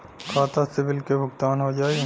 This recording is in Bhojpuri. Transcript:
खाता से बिल के भुगतान हो जाई?